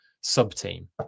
sub-team